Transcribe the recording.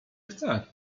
chce